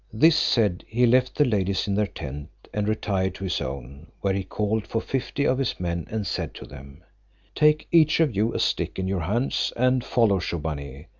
this said, he left the ladies in their tent, and retired to his own where he called for fifty of his men, and said to them take each of you a stick in your hands, and follow shubbaunee,